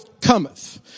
cometh